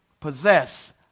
possess